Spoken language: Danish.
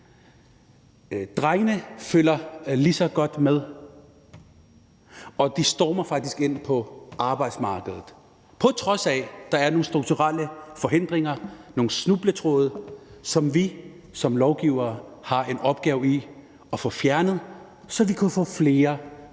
drengene følger lige så godt med, og de stormer faktisk ind på arbejdsmarkedet, på trods af at der er nogle strukturelle forhindringer, nogle snubletråde, som vi som lovgivere har en opgave i at få fjernet, så vi kan få flere